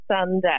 Sunday